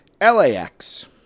LAX